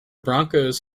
broncos